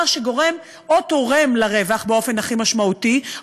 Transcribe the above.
שגורם או תורם לרווח באופן הכי משמעותי,